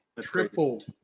Triple